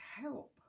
help